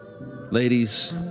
Ladies